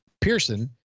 Pearson